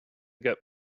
get